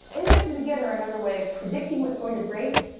indexes, again, are another way of predicting what's going to break,